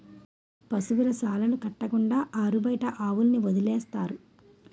పశువుల శాలలు కట్టకుండా ఆరుబయట ఆవుల్ని వదిలేస్తారు